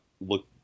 look